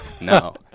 No